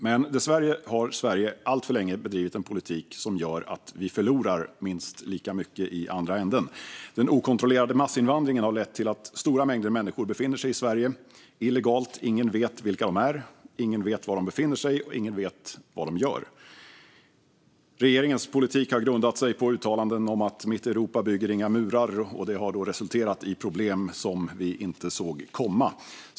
Men dessvärre har Sverige alltför länge bedrivit en politik som gör att vi förlorar minst lika mycket i andra ändan. Den okontrollerade massinvandringen har lett till att stora mängder människor befinner sig i Sverige illegalt. Ingen vet vilka de är, ingen vet var de befinner sig och ingen vet vad de gör. Regeringens politik har grundat sig på uttalanden som "Mitt Europa bygger inte murar", vilket har resulterat i problem som "vi inte såg komma".